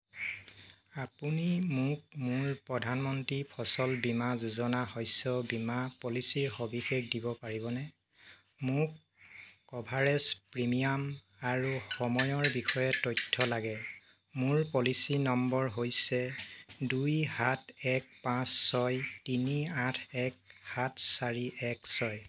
আপুনি মোক মোৰ প্ৰধানমন্ত্ৰী ফচল বীমা যোজনা শস্য বীমা পলিচীৰ সবিশেষ দিব পাৰিবনে মোক কভাৰেজ প্ৰিমিয়াম আৰু সময়ৰ বিষয়ে তথ্য লাগে মোৰ পলিচী নম্বৰ হৈছে দুই সাত এক আঁচ ছয় তিনি আঠ এক সাত চাৰি এক ছয়